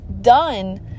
done